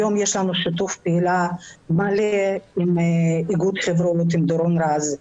היום יש לנו שיתוף פעולה מלא עם דורון רז,